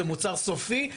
זה מוצר סופי,